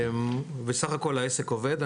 וסך הכל העסק עובד.